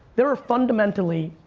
there are fundamentally,